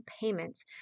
payments